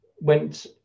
went